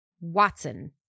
Watson